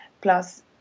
Plus